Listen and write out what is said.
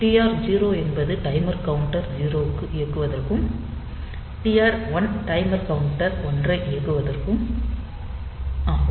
TR 0 என்பது timer counter 0 ஐ இயக்குவதற்கும் TR 1 டைமர் கவுண்டர் 1 ஐ இயக்குவதற்கும் ஆகும்